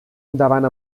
endavant